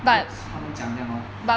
that's 他们讲这样 lor